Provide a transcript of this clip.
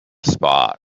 spot